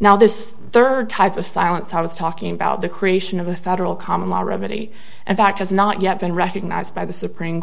now this third type of silence i was talking about the creation of a federal common law remedy and that has not yet been recognized by the supreme